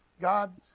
god